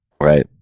Right